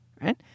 Right